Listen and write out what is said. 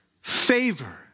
favor